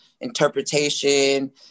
interpretation